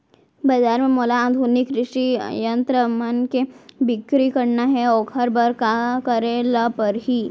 बजार म मोला आधुनिक कृषि यंत्र मन के बिक्री करना हे ओखर बर का करे ल पड़ही?